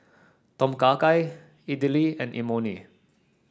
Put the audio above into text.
Tom Kha Gai Idili and Imoni